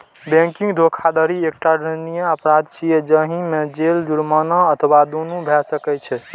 banking धोखाधड़ी एकटा दंडनीय अपराध छियै, जाहि मे जेल, जुर्माना अथवा दुनू भए सकै छै